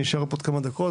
אני אישאר פה עוד כמה דקות,